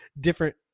different